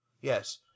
Yes